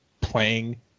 playing